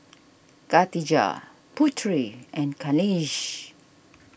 Katijah Putri and Khalish